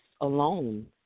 alone